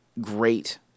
great